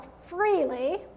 freely